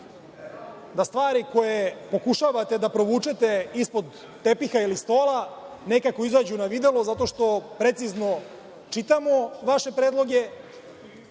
da stvari koje pokušavate da provučete ispod tepiha ili stola, nekako izađu na videlo zato što precizno čitamo vaše predloge. Na